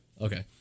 Okay